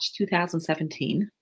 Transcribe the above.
2017